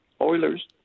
Oilers